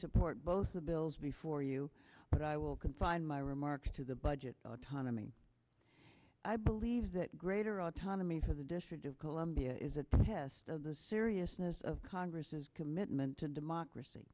support both the bills before you but i will confine my remarks to the budget tanami i believe that greater autonomy for the district of columbia is a test of the seriousness of congress's commitment to democracy